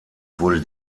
wurde